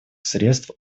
средств